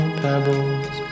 pebbles